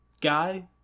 guy